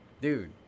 Dude